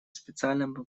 специальному